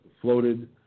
floated